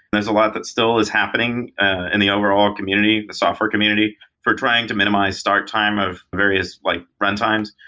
there's a lot that still is happening in and the overall community, the software community for trying to minimize start time of various like runtimes,